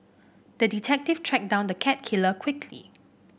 the detective tracked down the cat killer quickly